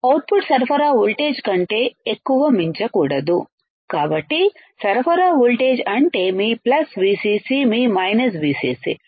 output సరఫరా voltage కంటే ఎక్కువ మించకూడదు కాబట్టి సరఫరా వోల్టేజ్ అంటే మీ ప్లస్ Vcc మీ మైనస్ Vcc